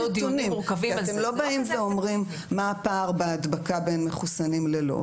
אתם לא באים ואומרים מה הפער בהדבקה בין מחוסנים ללא,